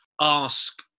ask